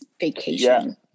vacation